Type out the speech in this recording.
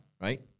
right